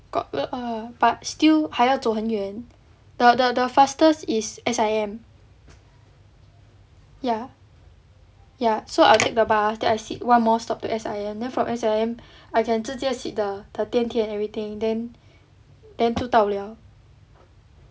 got err but still 还要走很远 the the the fastest is S_I_M ya ya so I'll take the bus then I sit one more stop to S_I_M then from S_I_M I can 直接 sit the the 电梯 and everything then then 就到了